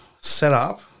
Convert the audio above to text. setup